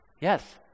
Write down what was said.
Yes